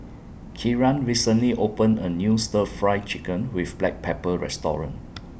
Kieran recently opened A New Stir Fry Chicken with Black Pepper Restaurant